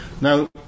now